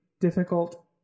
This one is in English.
difficult